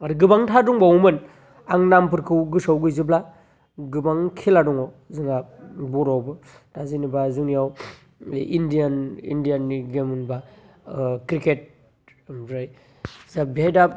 आरो गोबांथार दंबावोमोन आं नामफोरखौ गोसोयाव गैजोबला गोबां खेला दङ जोंहा बर'आवबो दा जेनबा जोंनियाव इण्डियान इण्डियाननि गेम होमबा ओ क्रिकेट ओमफ्राय जोहा बेहाय दा